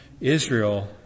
Israel